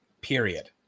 Period